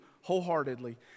wholeheartedly